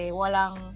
walang